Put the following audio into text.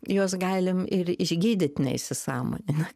juos galim ir išgydyt neįsisąmonina